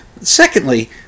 Secondly